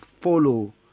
follow